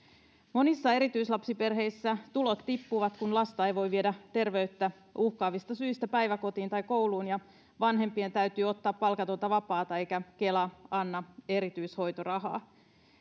monissa erityislapsiperheissä tulot tippuvat kun lasta ei voi viedä terveyttä uhkaavista syistä päiväkotiin tai kouluun ja vanhempien täytyy ottaa palkatonta vapaata eikä kela anna erityishoitorahaa